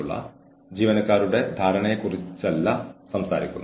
അവർക്ക് പ്രവർത്തിക്കാൻ കഴിയുന്ന ന്യായമായ ഒരു കാലയളവ് നൽകുക